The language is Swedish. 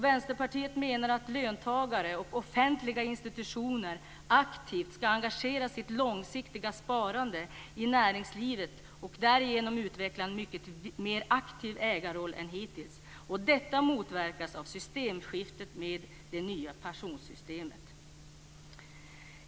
Vänsterpartiet menar att löntagare och offentliga institutioner aktivt skall engagera sitt långsiktiga sparande i näringslivet och därigenom utveckla en mycket mer aktiv ägarroll än hittills. Detta motverkas av systemskiftet med det nya pensionssystemet.